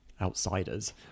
outsiders